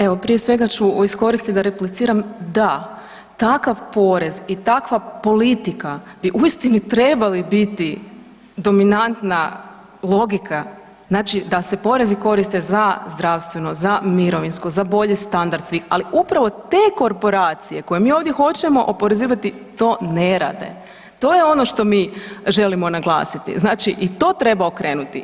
Evo prije svega ću iskoristiti da repliciram, da takav porez i takva politika bi uistinu trebali biti dominantna logika da se porezi koriste za zdravstveno, za mirovinsko, za bolji standard svih, ali upravo te korporacije koje mi ovdje hoćemo oporezivati to ne rade, to je ono što mi želimo naglasiti, znači i to treba okrenuti.